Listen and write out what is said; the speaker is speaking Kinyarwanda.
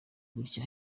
gutya